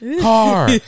car